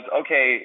okay